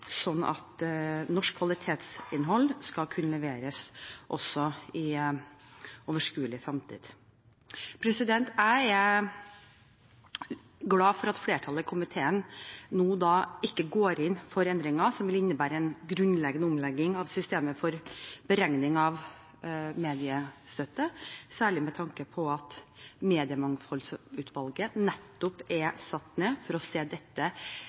at norsk kvalitetsinnhold skal kunne leveres også i overskuelig framtid. Jeg er glad for at flertallet i komiteen nå ikke går inn for endringer som vil innebære en grunnleggende omlegging av systemet for beregning av mediestøtte, særlig med tanke på at Mediemangfoldsutvalget nettopp er nedsatt for å se dette